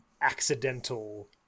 accidental